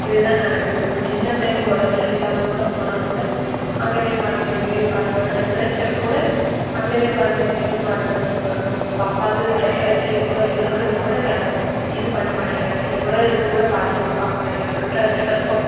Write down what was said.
இதுதான் நடக்கு ஒரு சின்ன பிள்ளைகளுக்கு உடம்பு சரியில்லாமல்கூட போனால்கூட அங்கே போய் பாருங்கள் இங்கே போய் பாருங்கள் ஒரு டெம்ப்ரேச்சர்க்கூட அங்கே போய் பாருங்கள் இங்கே போய் பாருங்கன்னு சொல்லுறாங்கா ஒரு பாப்பாக்கு டெம்பரேச்சர் எவ்வளோ இருக்குன்னுக்கூட கேட்க இது பண்ண மாட்டிங்கிறாங்க எவ்வளோ இருக்குன்னுக்கூட காய்ச்சல் கூட பார்க்க மாட்டிக்கிறாங்க ஒழுங்காக ஸ்டேத்ஸ்கோப்